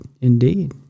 Indeed